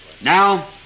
Now